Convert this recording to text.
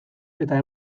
eta